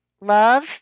love